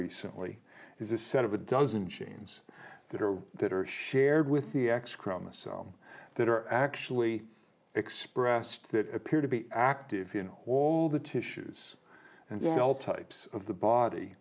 recently is a set of a dozen genes that are that are shared with the x chromosome that are actually expressed that appear to be active you know all the tissues and then all types of the body